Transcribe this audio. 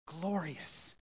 glorious